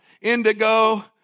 Indigo